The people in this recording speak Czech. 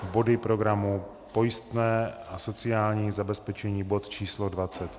Body programu pojistné na sociální zabezpečení, bod číslo 25, a dále.